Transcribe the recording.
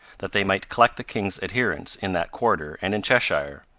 that they might collect the king's adherents in that quarter and in cheshire.